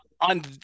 on